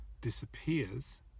disappears